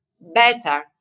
better